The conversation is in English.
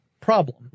problem